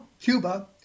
Cuba